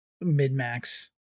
mid-max